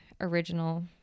original